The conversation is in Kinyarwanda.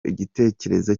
igitekerezo